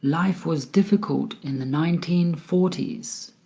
life was difficult in the nineteen forty s.